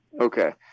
Okay